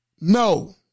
No